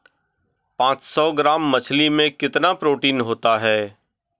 पांच सौ ग्राम मछली में कितना प्रोटीन होता है?